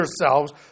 yourselves